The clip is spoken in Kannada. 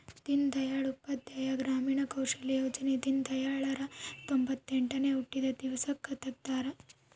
ದೀನ್ ದಯಾಳ್ ಉಪಾಧ್ಯಾಯ ಗ್ರಾಮೀಣ ಕೌಶಲ್ಯ ಯೋಜನೆ ದೀನ್ದಯಾಳ್ ರ ತೊಂಬೊತ್ತೆಂಟನೇ ಹುಟ್ಟಿದ ದಿವ್ಸಕ್ ತೆಗ್ದರ